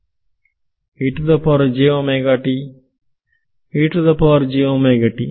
ವಿದ್ಯಾರ್ಥಿ